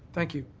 thank you.